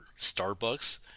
Starbucks